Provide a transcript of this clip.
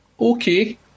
okay